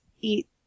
eat